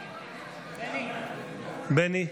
בני,